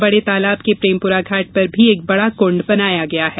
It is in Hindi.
बड़े तालाब के प्रेमपुरा घाट पर एक बड़ा कूंड बनाया गया है